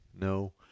No